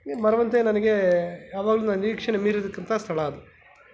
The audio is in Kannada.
ಈ ಮರವಂತೆ ನನಗೆ ಯಾವಾಗಲೂ ನಿರೀಕ್ಷಣೆ ಮೀರಿದ್ದಕ್ಕಿಂತ ಸ್ಥಳ ಅದು